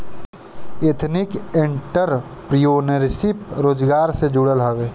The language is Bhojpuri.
एथनिक एंटरप्रेन्योरशिप स्वरोजगार से जुड़ल हवे